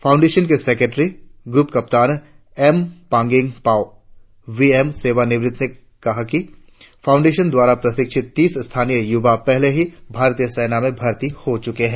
foundation के secretary group captain M Panging Pau V M सेवानिवृत ने बताया कि फाउण्डेशन द्वारा प्रशिक्षित तीस स्थानीय युवा पहले ही भारतीय सेना में भर्ती हो चुके है